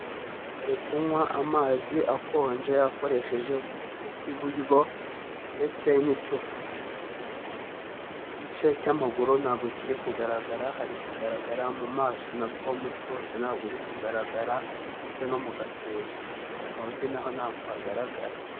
Ari kunywa amazi akonje akoresheje ukuboko kw'iburyo ndetse n'icupa, igice cy'amaguru ntabwo kiri kugaragara hari kugaragara mu maso nabwo umutwe wose ntabwo uri kugaragara ndetse no mu gatuza, mu mavi na ho ntabwo hagaragara.